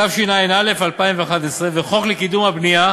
התשע"א 2011, ובחוק לקידום הבנייה